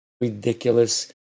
ridiculous